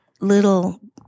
little